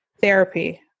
therapy